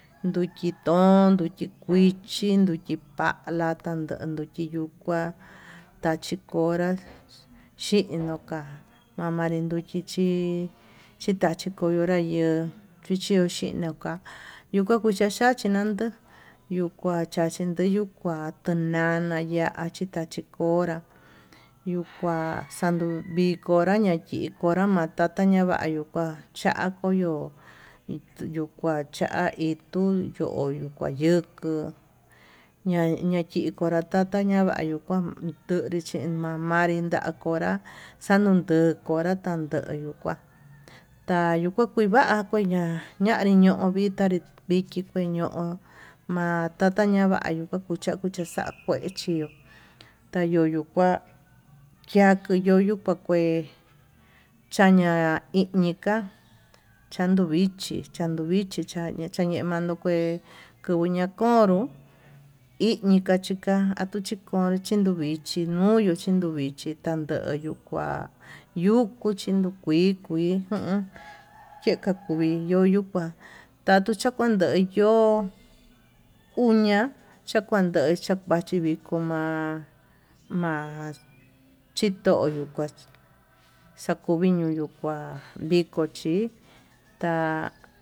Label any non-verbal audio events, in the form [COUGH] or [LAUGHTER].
Nduchi [NOISE] tón nduchi kuichi nduchi palata yuchi kua tachi konrá, xhinoka mamanri nduchi chí chitachi koroya yo'ó chichio xhinoká yuu ka kunachachi yandó yuu kua chachi yen yuu kuá tunana ya'á chichachi konrá yuu kua ñayivonra ñaxankonra yuu kua chokoyo ituu yuu kua cha ituu, yo'o yuu kua yukuu ña ñayikonra tatanra kuñi kuán tudii chi mamanri yan konrá tanundu konra tandeyu kuan tayuu kua ke'e va'a kueña ñañonri viki kue ño'o, ma'a tata ña'a vañuu xakuexa kue chio tayuyu kuá chia kue yuyu kua kué chaña iñiká chandu vichi xhandu vichi chanduu kañuu kué kuvuu ña'a konró iñii kachika atuu chikon chinuvichi no'o yuu chinduvichí tandoyu kuá yuku chino kui kui keka kuvii yuyukua, tando tachan ken yo'ó uña'a chakuando yuku yiko ma'a ma chitoyo kua xakuviño yuu kuá viko chí ta'a.